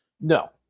No